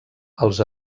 els